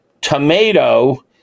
tomato